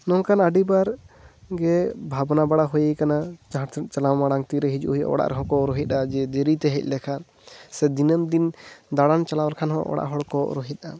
ᱱᱚᱝᱠᱟᱱ ᱟᱹᱰᱤ ᱵᱟᱨ ᱜᱮ ᱵᱷᱟᱵᱱᱟ ᱵᱟᱲᱟ ᱦᱩᱭᱟᱠᱟᱱᱟ ᱡᱟᱦᱟᱸ ᱥᱮᱫ ᱪᱟᱞᱟᱣ ᱢᱟᱲᱟᱝ ᱛᱤᱨᱮ ᱦᱤᱡᱩᱜ ᱦᱩᱭᱩᱜᱼᱟ ᱚᱲᱟᱜ ᱨᱮᱦᱚᱸ ᱠᱚ ᱨᱩᱦᱮᱫᱼᱟ ᱡᱮ ᱫᱮᱨᱤ ᱛᱮ ᱦᱮᱡ ᱞᱮᱠᱷᱟᱱ ᱥᱮ ᱫᱤᱱᱟᱹᱢ ᱫᱤᱱ ᱫᱟᱲᱟᱱ ᱪᱟᱞᱟᱣ ᱞᱮᱠᱦᱟᱱ ᱦᱚᱸ ᱚᱲᱟᱜ ᱦᱚᱲ ᱠᱚ ᱨᱩᱦᱮᱫᱟ